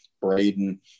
Braden